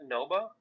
Nova